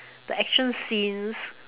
the action scenes